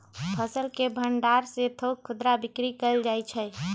फसल के भण्डार से थोक खुदरा बिक्री कएल जाइ छइ